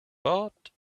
but